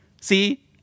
See